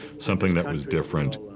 something that was different.